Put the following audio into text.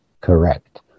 correct